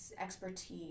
expertise